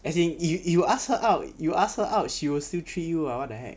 as in you you ask her out you ask her out she will still treat you [what] what the heck